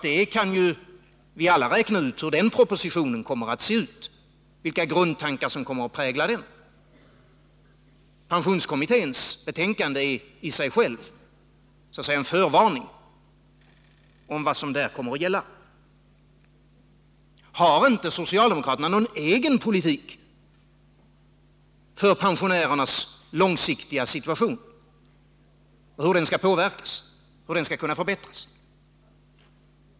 Vi kan ju alla föreställa oss hur den propositionen kommer att se ut och vilka grundtankar som kommer att prägla den. Pensionskommitténs betänkande är i sig självt så att säga en förvarning om vad som kommer att gälla. Har inte socialdemokraterna någon egen politik för pensionärernas långsiktiga situation och hur den skall påverkas, hur den skall kunna förbättras?